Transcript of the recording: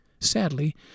Sadly